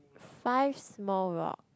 five small rock